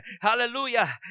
hallelujah